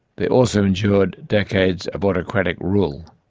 they also endured decades of autocratic rule.